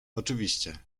oczywiście